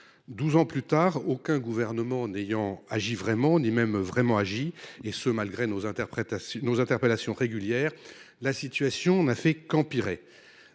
ans plus tard, aucun gouvernement n’ayant agi vraiment, ni même vraiment agi, et ce malgré nos interpellations régulières, la situation n’a fait qu’empirer.